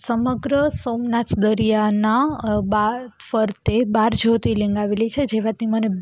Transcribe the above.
સમગ્ર સોમનાથ દરિયાના ફરતે બાર જ્યોતિર્લિંગ આવેલી છે જે વાતની મને